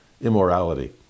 immorality